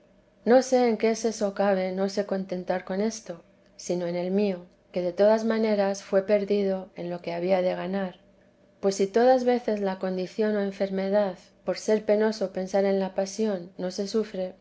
no sé en qué seso cabe no se contentar con esto sino en el mío que de todas maneras fué perdido en lo que había de ganar pues si todas veces la condición o enfermedad por ser penoso pensar en la pasión no se sufre